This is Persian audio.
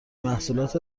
محصولات